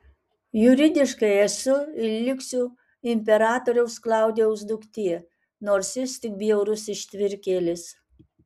juridiškai esu ir liksiu imperatoriaus klaudijaus duktė nors jis tik bjaurus ištvirkėlis